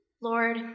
Lord